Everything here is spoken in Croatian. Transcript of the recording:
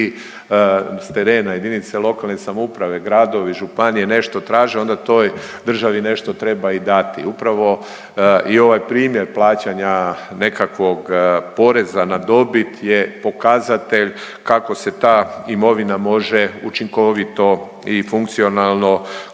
s terena jedinice lokalne samouprave, gradovi, županije nešto traže, onda toj državi nešto treba i dati. Upravo i ovaj primjer plaćanja nekakvog poreza na dobit je pokazatelj kako se ta imovina može učinkovito i funkcionalno